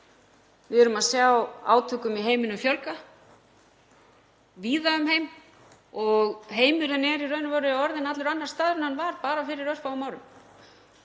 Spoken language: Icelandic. Við erum að sjá átökum í heiminum fjölga, víða um heim, og heimurinn er í raun og veru orðinn allur annar staður en hann var bara fyrir örfáum árum.